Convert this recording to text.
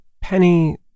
Penny